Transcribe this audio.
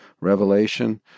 revelation